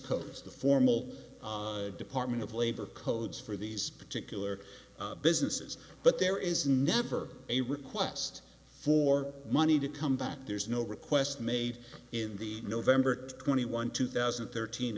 codes the formal department of labor codes for these particular businesses but there is never a request for money to come back there's no request made in the nov twenty one two thousand and thirteen